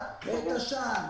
קצא"א,